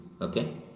Okay